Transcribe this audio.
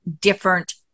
different